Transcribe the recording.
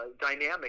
dynamic